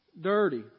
dirty